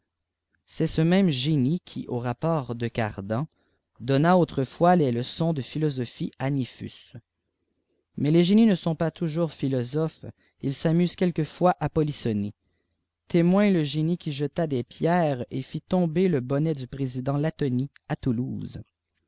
c'est ce même génie qui au rapport de cardan onna autrefois des leçons de philosophie à niphus mais les génies ne sont pas toujours philosophes ils s'amusent auelquefois à polissonncr témoin le génie qui jeta des pierres et nt tomber le bonnet du président latonii à toulouse